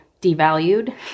devalued